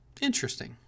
interesting